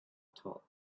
top